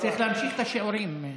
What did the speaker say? צריך להמשיך את השיעורים.